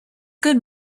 good